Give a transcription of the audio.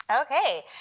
Okay